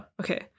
okay